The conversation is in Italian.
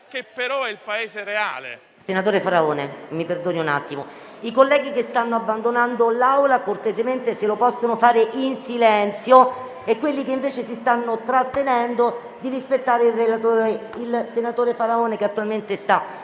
Senatore Faraone, mi perdoni un attimo. I colleghi che stanno abbandonando l'Aula dovrebbero cortesemente farlo in silenzio e quelli che invece si stanno trattenendo dovrebbero rispettare il senatore Faraone che attualmente sta